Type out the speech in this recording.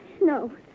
No